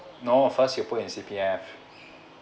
no first one put in C_P_F